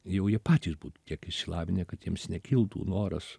jau jie patys būtų tiek išsilavinę kad jiems nekiltų noras